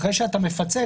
אחרי שאתה מפצל,